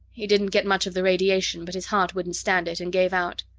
he didn't get much of the radiation, but his heart wouldn't stand it, and gave out.